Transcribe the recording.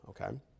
okay